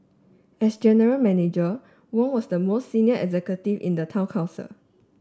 as general Manager Wong was the most senior executive in the town council